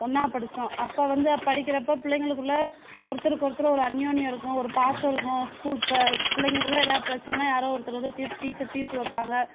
ஒன்றா படித்தோம் அப்போ வந்து அப்போ படிக்கிறப்ப பிள்ளைங்களுக்குள்ள ஒருத்தருக்கு ஒருத்தரு ஒரு அன்யோன்யம் இருக்கும் ஒரு பாசம் இருக்கும் ஸ்கூல் இப்போ பிள்ளைங்கக்குள்ள எதாவது பிரச்சனைன்னா யாராவது ஒருத்தரு வந்து தீர்த்து டீச்சர் தீர்த்து வப்பாங்க